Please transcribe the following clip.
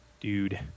Dude